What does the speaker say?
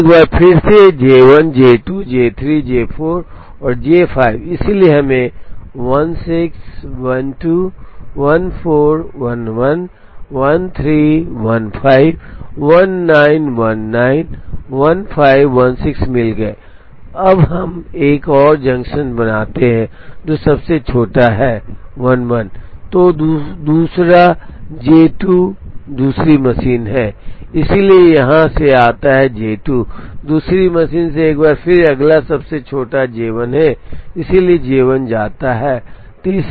तो एक बार फिर से J1 J2 J3 J4 और J5 इसलिए हमें 16121411131519191516 मिल गए अब हम एक और जंक्शन बनाते हैं जो सबसे छोटा है 11 तो दूसरा J2on दूसरी मशीन है इसलिए यहाँ से आता है J2 दूसरी मशीन से एक बार फिर अगला सबसे छोटा J1 है इसलिए J1 यहां आता है